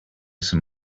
some